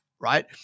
right